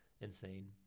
insane